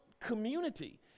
community